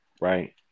right